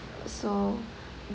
so